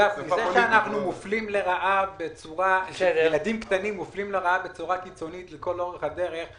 שילדים קטנים מופלים לרעה בצורה קיצונית לכל אורך הדרך,